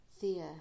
Thea